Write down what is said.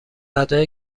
ادای